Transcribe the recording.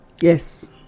Yes